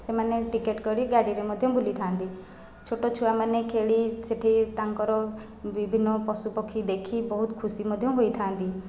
ସେମାନେ ଟିକେଟ୍ କରି ଗାଡ଼ିରେ ମଧ୍ୟ ବୁଲିଥାଆନ୍ତି ଛୋଟ ଛୁଆମାନେ ଖେଳି ସେଇଠି ତାଙ୍କର ବିଭିନ୍ନ ପଶୁ ପକ୍ଷୀ ଦେଖି ବହୁତ ଖୁସି ମଧ୍ୟ ହୋଇଥାଆନ୍ତି